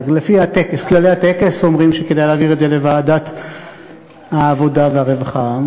אז לפי כללי הטקס אומרים שכדאי להעביר את זה לוועדת העבודה והרווחה.